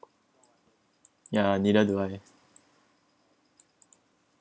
yeah neither do I